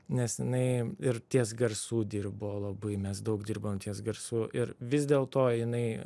nes jinai ir ties garsu dirbo labai mes daug dirbom ties garsu ir vis dėl to jinai